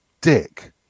dick